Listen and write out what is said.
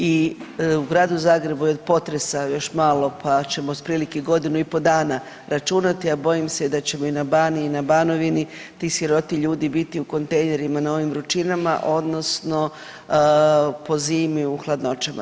I u Gradu Zagrebu je od potresa još malo pa ćemo otprilike godinu i pol dana računati, a bojim se i da ćemo i na Baniji i Banovini ti siroti ljudi biti u kontejnerima na ovim vrućinama odnosno po zimi u hladnoćama.